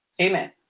Amen